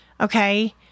okay